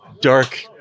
dark